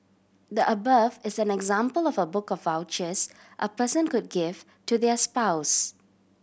the above is an example of a book of vouchers a person could give to their spouse